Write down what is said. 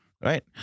Right